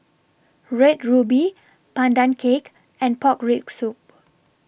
Red Ruby Pandan Cake and Pork Rib Soup